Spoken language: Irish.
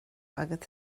agat